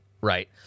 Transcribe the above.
right